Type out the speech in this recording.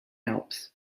alps